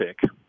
pick